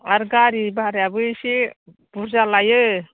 आरो गारि भारायाबो एसे बुरजा लायो